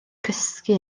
cysgu